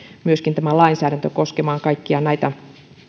myöskin tämä lainsäädäntö koskemaan kaikkia näitä